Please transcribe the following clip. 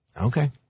Okay